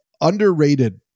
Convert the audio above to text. underrated